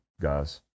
guys